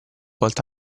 volta